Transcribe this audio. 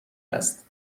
است